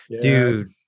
dude